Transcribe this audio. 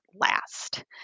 last